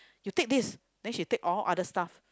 you take this then she take all other stuff